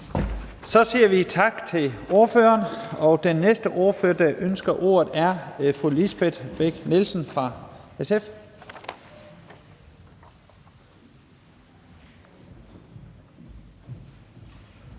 Så siger vi tak til ordføreren, og den næste ordfører, der ønsker ordet, er fru Lisbeth Bech-Nielsen fra SF.